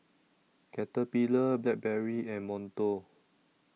Caterpillar Blackberry and Monto